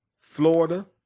Florida